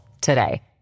today